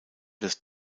des